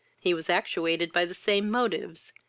he was actuated by the same motives,